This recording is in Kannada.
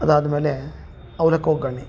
ಅದಾದಮೇಲೆ ಅವ್ಲಕ್ಕಿ ಒಗ್ಗರ್ಣೆ